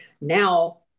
Now